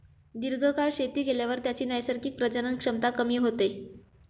दीर्घकाळ शेती केल्यावर त्याची नैसर्गिक प्रजनन क्षमता कमी होते